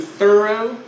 thorough